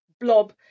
blob